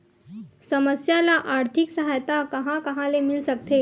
समस्या ल आर्थिक सहायता कहां कहा ले मिल सकथे?